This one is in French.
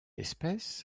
espèce